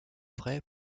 vrai